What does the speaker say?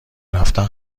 رفتن